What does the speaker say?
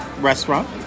restaurant